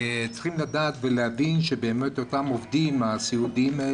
צריך לדעת ולהבין שאותם עובדים סיעודיים,